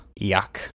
yuck